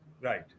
Right